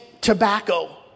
tobacco